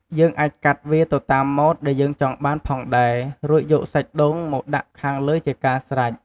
យើងអាចកាត់វាទៅតាមមូតដែលយើងចង់បានផងដែរ រួចយកសាច់ដូងមកដាក់ខាងលើជាការស្រេច។